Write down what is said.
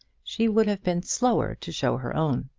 she would have been slower to show her own.